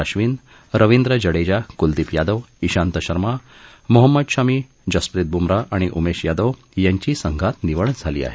अक्षिन रविंद्र जडेजा कुलदीप यादव ईशांत शर्मा मोहम्मद शमी जसप्रीत बुमराह आणि उमेश यादव यांची संघात निवड झाली आहे